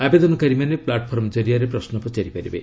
ଆବେଦନକାରୀ ମାନେ ପ୍ଲାଟଫର୍ମ କରିଆରେ ପ୍ରଶ୍ନ ପଚାରିପାରିବେ